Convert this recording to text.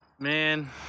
Man